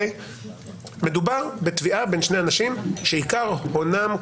מדובר בתביעה בין שני אנשים שעיקר הונם,